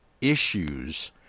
issues